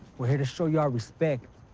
we're here to show you our respect.